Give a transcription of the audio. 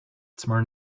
smart